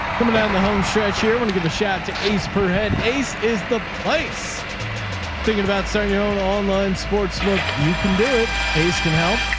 coming down the home stretch here. when you give a shout out to ace per head ace is the place thinking about starting your own online sports smoke. you can do it. ace can help.